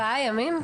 ארבעה ימים?